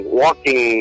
walking